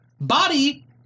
Body